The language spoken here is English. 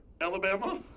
Alabama